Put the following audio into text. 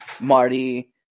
Marty